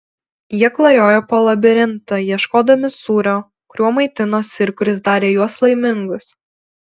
jie klajojo po labirintą ieškodami sūrio kuriuo maitinosi ir kuris darė juos laimingus